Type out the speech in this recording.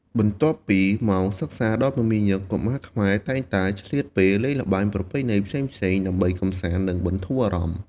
បន្ទាប់ពីម៉ោងសិក្សាដ៏មមាញឹក កុមារខ្មែរតែងតែឆ្លៀតពេលលេងល្បែងប្រពៃណីផ្សេងៗ ដើម្បីកម្សាន្ត និងបន្ធូរអារម្មណ៍។